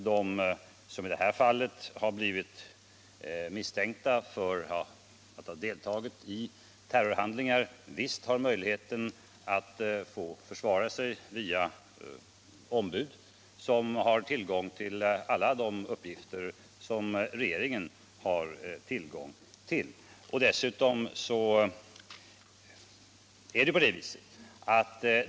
De som i detta fall har blivit misstänkta för att ha deltagit i terroristhandlingar har alla möjligheter att försvara sig via ombud, som kan ta del av de uppgifter som regeringen har tillgång till.